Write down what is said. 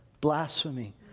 Blasphemy